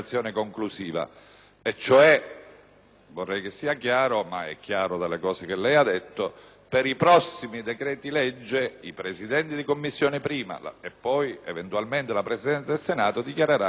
Vorrei che sia chiaro - ma lo è da quanto lei ha detto - che, per i prossimi decreti-legge, i Presidenti di Commissione, prima, e poi eventualmente la Presidenza del Senato dichiareranno inammissibili gli emendamenti